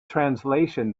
translation